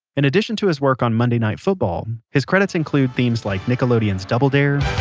in addition to his work on monday night football, his credits include themes like nickelodeon's double dare,